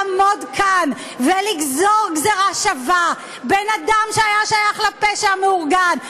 לעמוד כאן ולגזור גזירה שווה בין אדם שהיה שייך לפשע המאורגן,